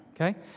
okay